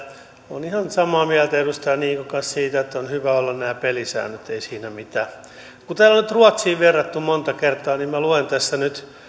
olen ihan samaa mieltä edustaja niikon kanssa siitä että on hyvä olla nämä pelisäännöt ei siinä mitään kun täällä on nyt ruotsiin verrattu monta kertaa niin minä luen tässä nyt